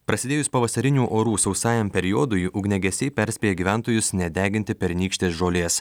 prasidėjus pavasarinių orų sausajam periodui ugniagesiai perspėja gyventojus nedeginti pernykštės žolės